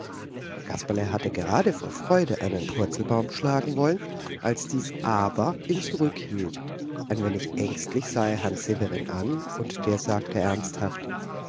kasperle hatte gerade vor freude einen purzelbaum schlagen wollen als dies aber ihn zurückhielt ein wenig ängstlich sah er herrn severin an und der sagte ernsthaft